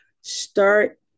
start